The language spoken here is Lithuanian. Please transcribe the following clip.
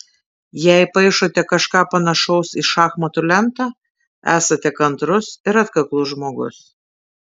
jei paišote kažką panašaus į šachmatų lentą esate kantrus ir atkaklus žmogus